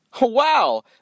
Wow